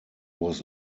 was